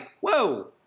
whoa